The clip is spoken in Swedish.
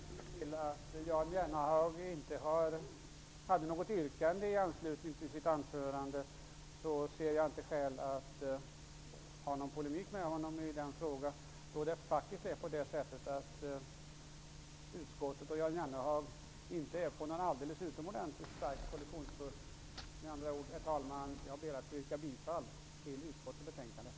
Herr talman! Med hänsyn till att Jan Jennehag inte hade något yrkande i anslutning till sitt anförande ser jag inte skäl att gå in i någon polemik med honom i denna fråga, särskilt som han inte är på någon utomordentligt stark kollisionskurs i förhållande till utskottet. Jag ber att få yrka bifall till utskottets hemställan.